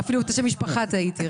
ואפילו בשם המשפחה שלך טעיתי,